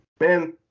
man